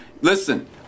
Listen